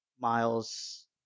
Miles